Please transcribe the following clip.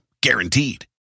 Guaranteed